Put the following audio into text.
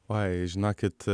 oi žinokit